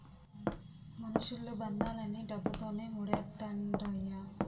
మనుషులు బంధాలన్నీ డబ్బుతోనే మూడేత్తండ్రయ్య